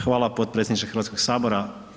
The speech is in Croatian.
Hvala potpredsjedniče Hrvatskog sabora.